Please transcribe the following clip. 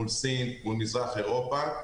סין ומזרח אירופה,